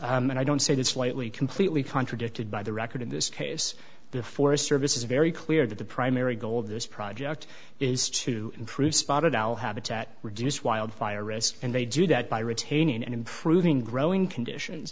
is and i don't say that slightly completely contradicted by the record in this case the forest service is very clear that the primary goal of this project is to improve spotted owl habitat reduce wildfire risk and they do that by retaining and improving growing conditions